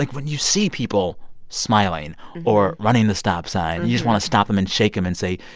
like when you see people smiling or running the stop sign, you just want to stop them and shake them and say,